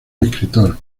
escritor